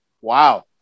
wow